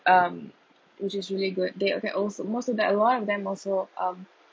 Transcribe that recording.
um which is really good they can also most of that a lot of them also um